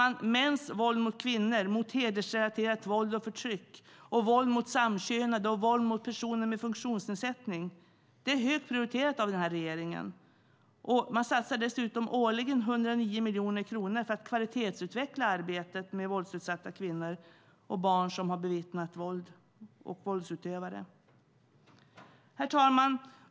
Arbetet mot mäns våld mot kvinnor, mot hedersrelaterat våld och förtryck och mot våld mot samkönade och personer med funktionsnedsättningar är högt prioriterat av regeringen. Man satsar dessutom årligen 109 miljoner kronor för att kvalitetsutveckla arbetet med våldsutsatta kvinnor, och med barn som har bevittnat våld och våldsutövare. Herr talman!